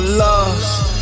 lost